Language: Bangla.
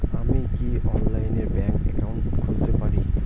আমি কি অনলাইনে ব্যাংক একাউন্ট খুলতে পারি?